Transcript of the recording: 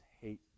hate